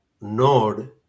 node